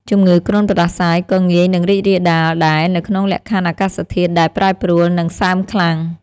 ជំងឺគ្រុនផ្តាសាយក៏ងាយនឹងរីករាលដាលដែរនៅក្នុងលក្ខខណ្ឌអាកាសធាតុដែលប្រែប្រួល និងសើមខ្លាំង។